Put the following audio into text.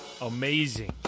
amazing